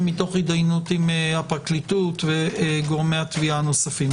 מתוך הידיינות עם הפרקליטות ועם גורמי התביעה הנוספים.